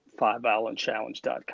FiveIslandChallenge.com